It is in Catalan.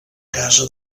casa